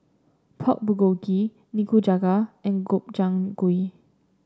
Pork Bulgogi Nikujaga and Gobchang Gui